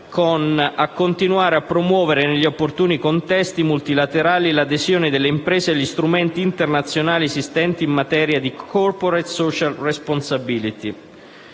«a continuare a promuovere negli opportuni contesti multilaterali l'adesione delle imprese agli strumenti internazionali esistenti in materia di *corporate social responsibility*»